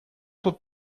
тут